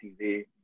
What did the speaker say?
TV